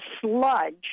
sludge